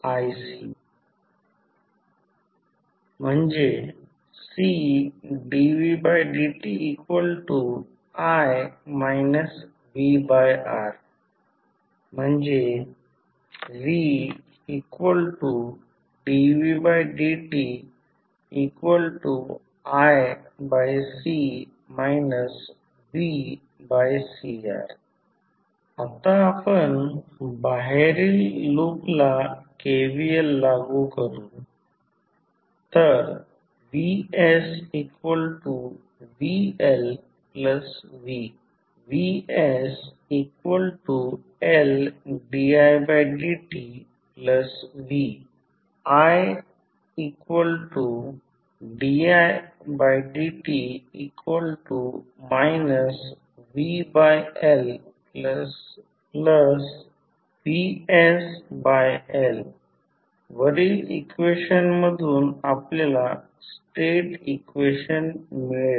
iixiC Cdvdti vR vdvdtiC vCR आता आपण बाहेरील लूपला KVL लागू करू vsvLv vsLdidtv ididt vLvsL वरील इक्वेशन मधून आपल्याला स्टेट इक्वेशन मिळेल